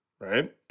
Right